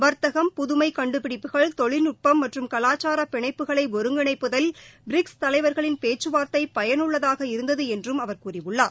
வர்த்தகம் புதுமை கண்டுபிடிப்புகள் தொழில்நுட்பம் மற்றும் கலாச்சார பிணைப்புகளை ஒருங்கிணைப்பதில் பிரிக்ஸ் தலைவர்களின் பேச்சுவார்த்தை பயனுள்ளதாக இருந்தது என்றும் அவர் கூறியுள்ளார்